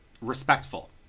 respectful